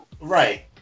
Right